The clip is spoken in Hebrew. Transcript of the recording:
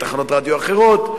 תחנות רדיו אחרות.